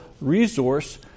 resource